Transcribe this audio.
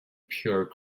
pure